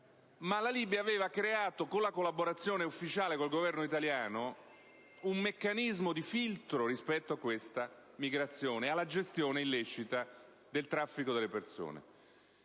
Ma la Libia aveva creato con la collaborazione ufficiale col Governo italiano un meccanismo di filtro rispetto a questa migrazione e alla gestione illecita del traffico delle persone.